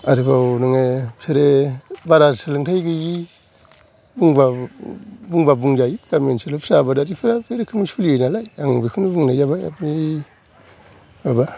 आरोबाव नोङो बिसोरो बारा सोलोंथाइ गैयि बुंबाबो बुंबा बुंजायो गामि ओनसोलाव फिसा आबादारिफ्रा बेरोखोम सोलियो नालाय आं बिखौनो बुंनाय जाबाय आमफ्राय माबा